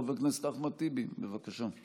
חבר הכנסת אחמד טיבי, בבקשה.